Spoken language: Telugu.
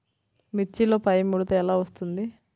మిర్చిలో పైముడత ఎలా వస్తుంది?